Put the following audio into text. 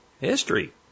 history